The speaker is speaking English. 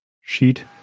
sheet